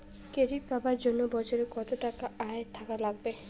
Credit পাবার জন্যে বছরে কত টাকা আয় থাকা লাগবে?